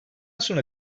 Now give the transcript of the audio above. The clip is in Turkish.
sonra